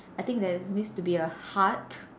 I think there needs to be a heart